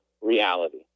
reality